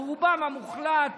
או רובם המוחלט,